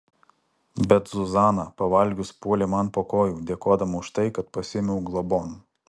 bet zuzana pavalgius puolė man po kojų dėkodama už tai kad pasiėmiau globon